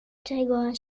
czego